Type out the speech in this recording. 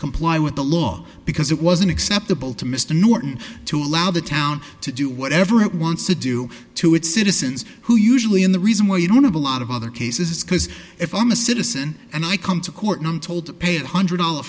comply with the law because it wasn't acceptable to mr norton to allow the town to do whatever it wants to do to its citizens who usually in the reason why you don't have a lot of other cases because if i'm a citizen and i come to court and told to pay one hundred dollar